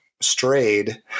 strayed